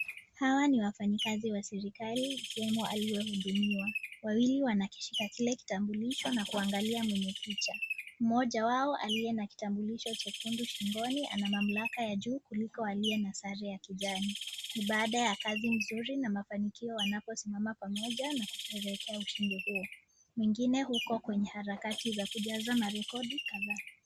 Hawa ni wafanyikazi wa serikali ikiwemo aliyehudumiwa . Wawili wanakishika kile kitambulisho na kuangalia mwenye picha. Mmoja wao aliye na kitambulisho chekundu shingoni ana mamlaka kuliko aliye na sare ya kijani. Ni baada ya kazi mzuri na mafanikio wanaposimama pamoja na kusherehekea ushindi huo. Mwingine huko kwenye harakati za kujaza marekodi kadhaa.